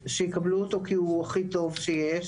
שיקבלו אותו כי הוא הכי טוב שיש.